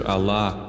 Allah